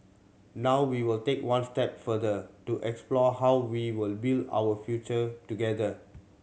now we will take one step further to explore how we will build our future together